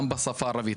גם בשפה הערבית?